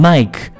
Mike